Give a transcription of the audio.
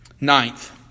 Ninth